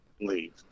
leave